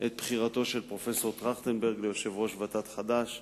את בחירתו של פרופסור טרכטנברג ליושב-ראש ועדת ות"ת החדש.